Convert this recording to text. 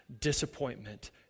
disappointment